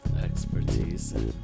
expertise